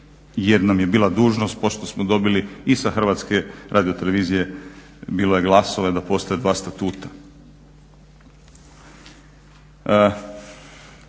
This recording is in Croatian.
jer nam je bila dužnost pošto smo dobili i sa HRT-a bilo je glasova da postoje dva statuta.